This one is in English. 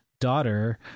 daughter